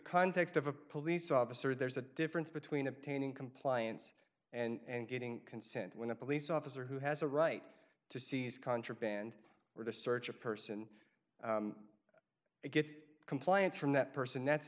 context of a police officer there's a difference between obtaining compliance and getting consent when a police officer who has a right to seize contraband or to search a person gets compliance from that person that's